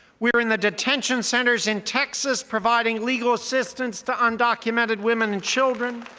we're in the detention centers in texas providing legal assistance to undocumented women and children.